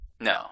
No